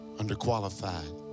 underqualified